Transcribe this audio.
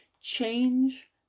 Change